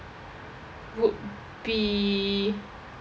would be